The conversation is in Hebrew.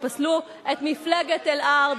כשפסלו את מפלגת אל-ארד,